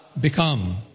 Become